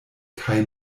kaj